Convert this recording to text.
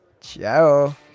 Ciao